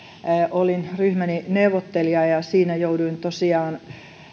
olin ryhmäni neuvottelija ja siinä jouduin tosiaan